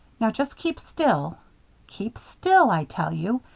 now just keep still keep still i tell you,